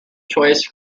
choice